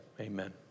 amen